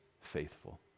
faithful